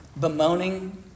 bemoaning